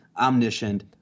omniscient